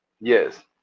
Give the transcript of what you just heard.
Yes